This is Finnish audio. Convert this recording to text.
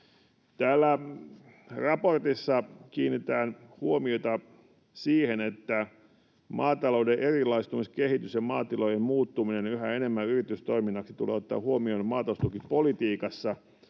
Täällä raportissa kiinnitetään huomiota siihen, että maatalouden erilaistumiskehitys ja maatilojen muuttuminen yhä enemmän yritystoiminnaksi tulee ottaa huomioon maataloustukipolitiikassa